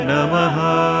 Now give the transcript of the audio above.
Namaha